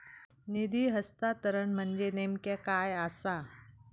निधी हस्तांतरण म्हणजे नेमक्या काय आसा?